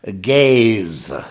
gaze